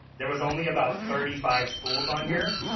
there was only about thirty five schools on here.